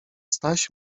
staś